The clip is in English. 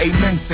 Amen